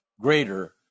greater